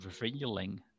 revealing